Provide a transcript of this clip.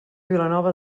vilanova